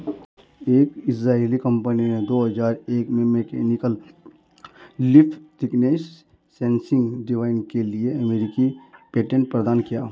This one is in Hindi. एक इजरायली कंपनी ने दो हजार एक में mechanical leaf thickness sensing device के लिए अमेरिकी पेटेंट प्रदान किया